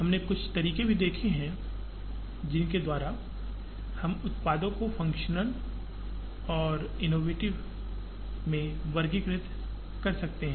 हमने कुछ तरीके भी देखे हैं जिनके द्वारा हम उत्पादों को फंक्शनल और इनोवेटिव में वर्गीकृत कर सकते हैं